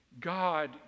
God